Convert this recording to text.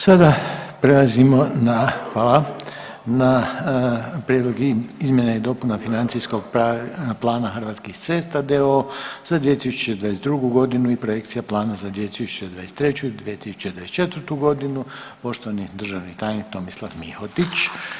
Sada prelazimo na, hvala, na prijedlog izmjena i dopuna Financijskog plana Hrvatskih cesta d.o.o. za 2022. godinu i projekcija Plana za 2023. i 2024. godinu poštovani državni tajnik Tomislav Mihotić.